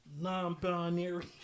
non-binary